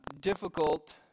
Difficult